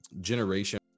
generation